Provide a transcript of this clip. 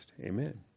Amen